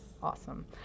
Awesome